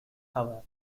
hour